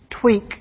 tweak